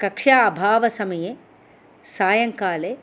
कक्षा अभावसमये सायङ्काले